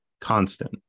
constant